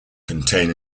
contain